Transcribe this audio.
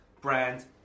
brand